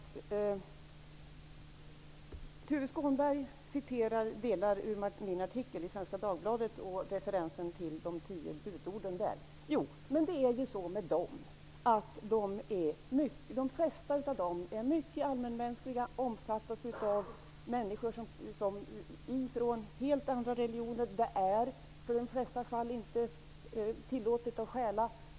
Tuve Skånberg citerar delar av min artikel i Svenska Dagbladet och den referens jag gjorde till de tio budorden. Men de flesta av budorden är mycket allmänmänskliga. De omfattas av människor från helt andra religioner. Det är inte tillåtet att stjäla.